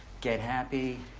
get happy,